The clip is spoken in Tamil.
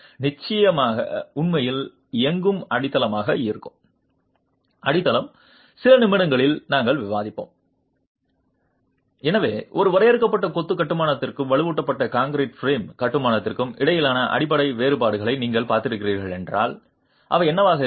நிச்சயமாக உண்மையில் இயங்கும் அடித்தளமாக இருக்கும் அடித்தளம் சில நிமிடங்களில் நாங்கள் விவாதிப்போம் எனவே ஒரு வரையறுக்கப்பட்ட கொத்து கட்டுமானத்திற்கும் வலுவூட்டப்பட்ட கான்கிரீட் பிரேம் கட்டுமானத்திற்கும் இடையிலான அடிப்படை வேறுபாடுகளை நீங்கள் பார்க்கிறீர்கள் என்றால் அவை என்னவாக இருக்கும்